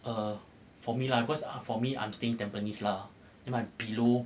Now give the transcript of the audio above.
err for me lah because ah for me I'm staying tampines lah then my below